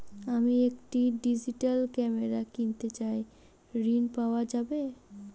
আমি একটি digital camera কিনতে চাই ঝণ পাওয়া যাবে?